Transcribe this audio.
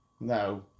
No